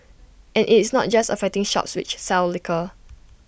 and IT is not just affecting shops which sell liquor